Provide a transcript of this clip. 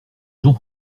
jean